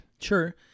Sure